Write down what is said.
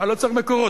אני לא צריך מקורות.